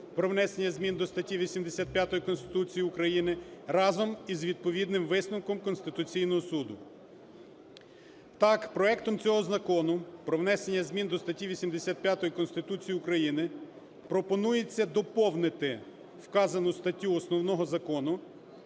про внесення зміни до статті 85 Конституції України разом із відповідним висновком Конституційного Суду. Так проектом цього Закону про внесення зміни до статті 85 Конституції України пропонується доповнити вказану статтю Основного Закону,